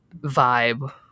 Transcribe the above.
vibe